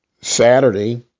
Saturday